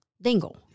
dingle